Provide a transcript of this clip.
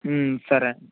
సరే